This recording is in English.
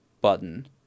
button